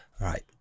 Right